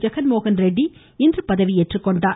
ஜெகன் மோகன் ரெட்டி இன்று பதவியேற்றுக்கொண்டார்